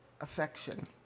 affection